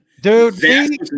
Dude